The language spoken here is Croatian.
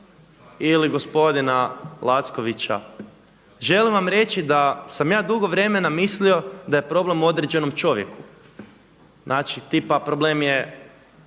ili gospodina Lackovića, želim vam reći da ja dugo vremena mislio da je problem u određenom čovjeku znači tipa problem je